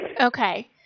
Okay